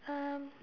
um